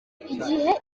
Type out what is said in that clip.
igihe